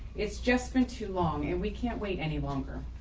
it's just been too long and we can't wait any longer.